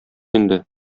инде